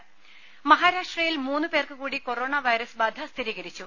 രെടി മഹാരാഷ്ട്രയിൽ മൂന്ന് പേർക്ക് കൂടി കൊറോണ വൈറസ് ബാധ സ്ഥിരീകരിച്ചു